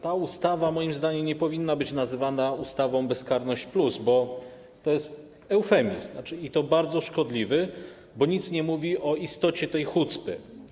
Ta ustawa moim zdaniem nie powinna być nazywana ustawą bezkarność+, bo to jest eufemizm, i to bardzo szkodliwy, ponieważ nic nie mówi o istocie tej hucpy.